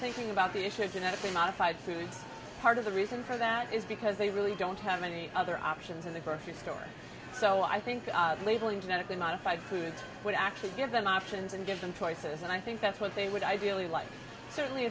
thinking about the issue of genetically modified foods part of the reason for that is because they really don't have an other options in the grocery store so i think god labeling genetically modified foods would actually give them options and give them choices and i think that's what they would ideally like certainly